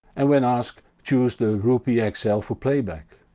and when asked, choose the ropieeexl for playback.